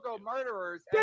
murderers